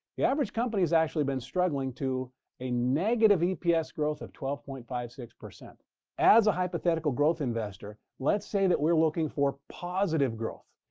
the average company has actually been struggling to a negative eps growth of twelve point five six. as a hypothetical growth investor, let's say that we're looking for positive growth,